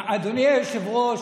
אדוני היושב-ראש,